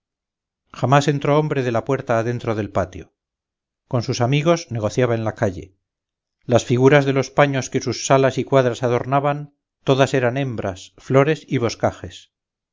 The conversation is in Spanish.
jamás entró hombre de la puerta adentro del patio con sus amigos negociaba en la calle las figuras de los paños que sus salas y cuadras adornaban todas eran hembras flores